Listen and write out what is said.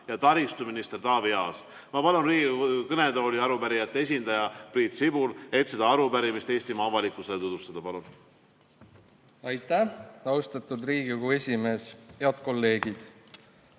ja taristuminister Taavi Aas. Ma palun Riigikogu kõnetooli arupärijate esindaja Priit Sibula, et seda arupärimist Eestimaa avalikkusele tutvustada. Palun! Aitäh, austatud Riigikogu esimees! Head kolleegid!